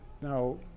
Now